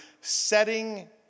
setting